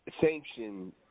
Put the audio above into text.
sanction